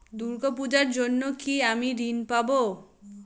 দূর্গা পূজার জন্য কি আমি ঋণ পাবো?